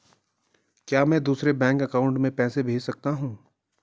क्या मैं दूसरे बैंक अकाउंट में पैसे भेज सकता हूँ?